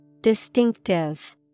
Distinctive